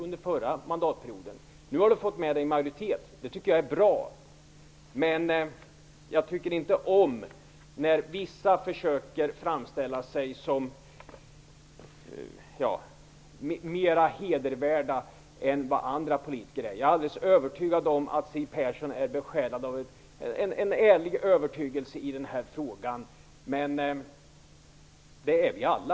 Nu har hon fått med sig en majoritet. Det tycker jag är bra. Men jag tycker inte om att vissa försöker framställa sig som mera hedervärda än andra politiker. Jag är alldeles övertygad om att Siw Persson är besjälad av en ärlig övertygelse i den här frågan, men det är vi alla.